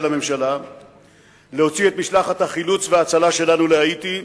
הממשלה להוציא את משלחת החילוץ וההצלה שלנו להאיטי,